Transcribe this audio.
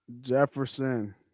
Jefferson